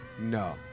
No